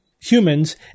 humans